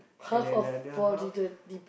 and another half